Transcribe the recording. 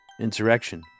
insurrection